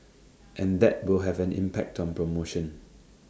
and that will have an impact on promotion